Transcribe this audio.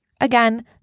Again